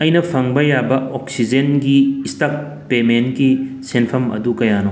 ꯑꯩꯅ ꯐꯪꯕ ꯌꯥꯕ ꯑꯣꯛꯁꯤꯖꯦꯟꯒꯤ ꯏꯁꯇꯛ ꯄꯦꯃꯦꯟꯀꯤ ꯁꯦꯟꯐꯝ ꯑꯗꯨ ꯀꯌꯥꯅꯣ